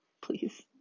please